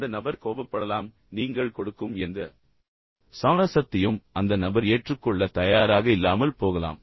அந்த நபர் கோபப்படலாம் நீங்கள் கொடுக்கும் எந்த சமரசத்தையும் அந்த நபர் ஏற்றுக்கொள்ள தயாராக இல்லாமல் போகலாம்